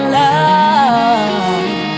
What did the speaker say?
love